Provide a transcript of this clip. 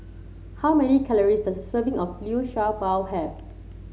how many calories does a serving of Liu Sha Bao have